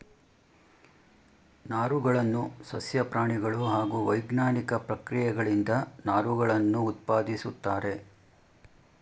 ನಾರುಗಳನ್ನು ಸಸ್ಯ ಪ್ರಾಣಿಗಳು ಹಾಗೂ ವೈಜ್ಞಾನಿಕ ಪ್ರಕ್ರಿಯೆಗಳಿಂದ ನಾರುಗಳನ್ನು ಉತ್ಪಾದಿಸುತ್ತಾರೆ